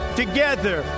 together